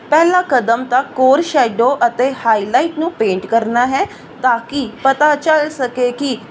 ਪਹਿਲਾਂ ਕਦਮ ਤਾਂ ਕੋਰ ਸੈਡੋ ਅਤੇ ਹਾਈਲਾਈਟ ਨੂੰ ਪੇਂਟ ਕਰਨਾ ਹੈ ਤਾਂ ਕਿ ਪਤਾ ਚਲ ਸਕੇ ਕਿ